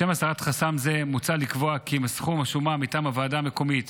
לשם הסרת חסם זה מוצע לקבוע כי אם סכום השומה מטעם הוועדה המקומית